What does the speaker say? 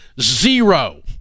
Zero